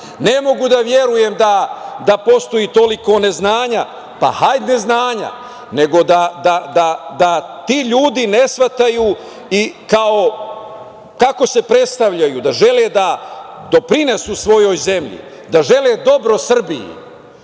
Ne mogu da verujem da postoji toliko neznanja, hajde neznanja, nego da ti ljudi ne shvataju i kako se predstavljaju, da žele da doprinesu svojoj zemlji, da žele dobro Srbiji,